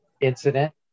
incident